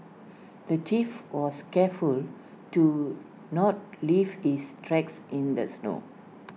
the thief was careful to not leave his tracks in the snow